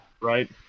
right